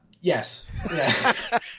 Yes